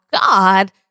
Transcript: God